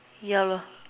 ya lor